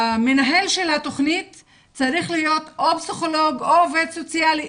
המנהל של התוכנית צריך להיות או פסיכולוג או עובד סוציאלי,